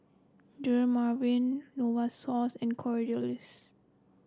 Dermaveen Novosource and Kordel's